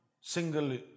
single